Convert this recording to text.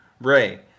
Ray